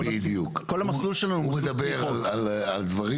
כל המסלול שלנו --- הוא מדבר על דברים